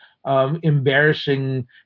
Embarrassing